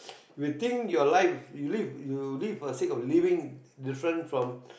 you think your life you live you live for the sake of living different from